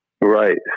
Right